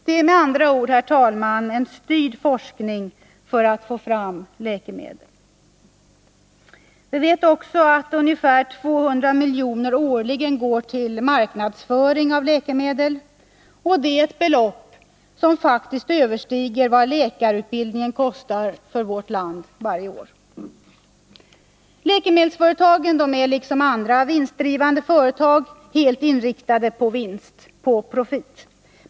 Det är med andra ord, herr talman, en styrd forskning för att få fram läkemedel. Vi vet också att ungefär 200 milj.kr. årligen går till marknadsföring av läkemedel. Det är ett belopp som faktiskt överstiger vad läkarutbildningen kostar vårt land varje år. Läkemedelsföretagen är liksom andra vinstdrivande företag helt inriktade på profit.